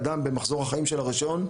אדם במחזור החיים של הרישיון,